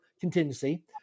contingency